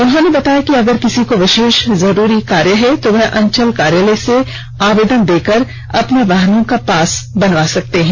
उन्होंने बताया कि अगर किसी को विशेष जरूरी कार्य है तो वह अंचल कार्यालय में आवेदन देकर अपने वाहनों का पास बनवा सकते हैं